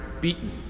beaten